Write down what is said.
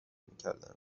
میکردند